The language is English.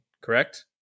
correct